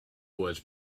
was